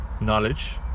knowledge